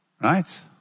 Right